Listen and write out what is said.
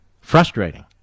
frustrating